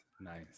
Nice